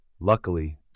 Luckily